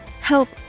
help